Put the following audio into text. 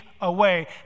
away